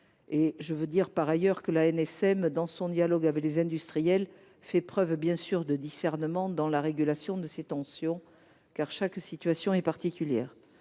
je tiens à souligner que l’ANSM, dans son dialogue avec les industriels, fait preuve de discernement dans la régulation de ces tensions, car chaque situation est particulière.